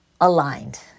aligned